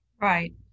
Right